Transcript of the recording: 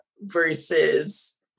versus